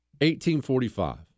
1845